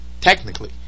Technically